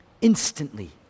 instantly